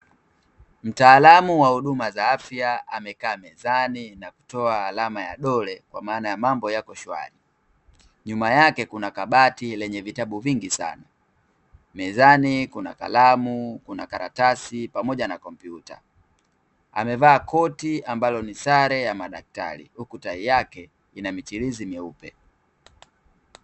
Mtaalamu wa huduma za afya amekaa mezani na kutoa alama ya dole kwa maana ya mambo yako shwari. Nyuma yake kuna kabati lenye vitabu vingi sana. Mezani kuna kalamu, kuna karatasi, pamoja na kompyuta. Amevaa koti ambalo ni sare ya madaktari, huku tai yake ina michirizi meupe.